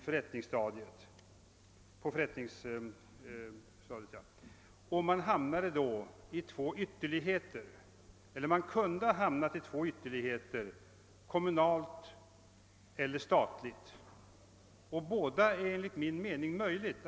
Man kunde därvid ha hamnat i två ytterligheter, nämligen kommunalt eller statligt huvudmannaskap. Båda alternativen är enligt min mening också möjliga.